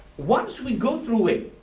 once we go through it,